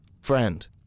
Friend